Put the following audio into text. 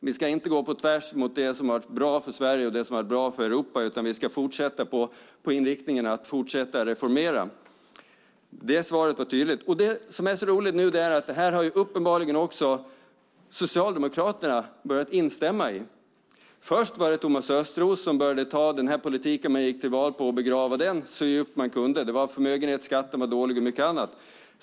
Vi ska inte gå på tvärs mot det som har varit bra för Sverige och det som har varit bra för Europa, utan vi ska fortsätta med inriktningen och fortsätta att reformera. Det svaret var tydligt. Det som är roligt nu är att Socialdemokraterna uppenbarligen också har börjat instämma i det här. Först var det Thomas Östros som började begrava den politik man gick till val på så djupt det gick. Förmögenhetsskatten var dålig och mycket annat.